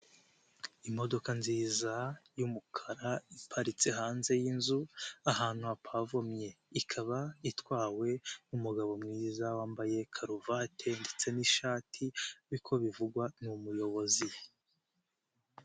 Imodoka nziza y'umukara iparitse hanze y'inzu ahantu hapavomye, ikaba itwawe n'umugabo mwiza wambaye karuvate ndetse n'ishati uko bivugwa ni umuyobozi.